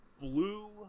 blue